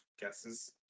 guesses